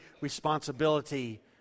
responsibility